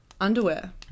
underwear